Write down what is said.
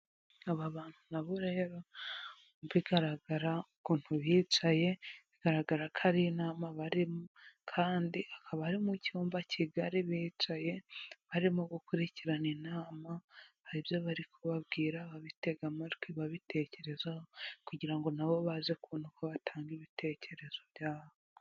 Aba bantu nabo rero, mu bigaragara ukuntu bicaye, bigaragara ko ari inama barimo kandi akaba ari mu cyumba kigari bicaye barimo gukurikirana inama, hari ibyo bari kubabwira babitega amatwi babitekerezaho kugira ngo nabo baze kubona uko batanga ibitekerezo byabo.